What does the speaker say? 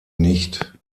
nicht